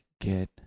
get